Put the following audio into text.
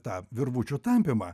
tą virvučių tampymą